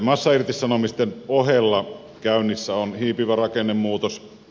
massairtisanomisten ohella käynnissä on hiipivä rakennemuutos